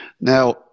Now